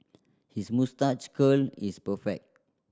his moustache curl is perfect